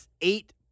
eight